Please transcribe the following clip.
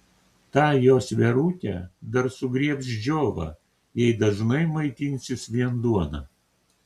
tą jos verutę dar sugriebs džiova jei dažnai maitinsis vien duona